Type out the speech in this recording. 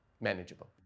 manageable